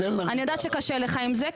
אני יודעת שקשה לך עם זה,